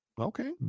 Okay